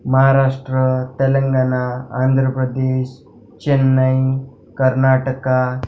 Maharashtra Telangana Andhra Pradesh Chennai Karnataka